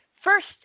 First